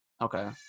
Okay